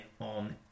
on